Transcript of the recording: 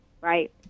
right